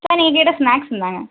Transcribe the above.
sir நீங்கள் கேட்ட snacks இந்தாங்க